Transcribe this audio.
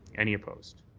any opposed?